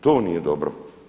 To nije dobro.